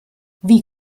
wie